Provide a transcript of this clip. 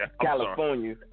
California